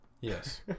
Yes